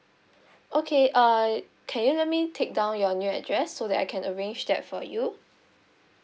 okay err can you let me take down your new address so that I can arrange that for you